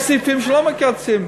יש סעיפים שלא מקצצים.